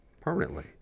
permanently